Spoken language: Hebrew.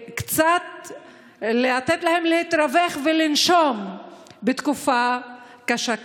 לתת להם קצת להתרווח ולנשום בתקופה קשה כזאת?